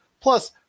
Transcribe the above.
Plus